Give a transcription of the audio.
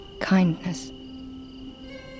kindness